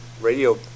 radio